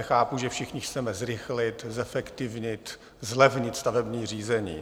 Chápu, že všichni chceme zrychlit, zefektivnit, zlevnit stavební řízení.